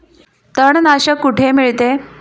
तणनाशक कुठे मिळते?